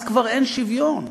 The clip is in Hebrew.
אז כבר אין שוויון.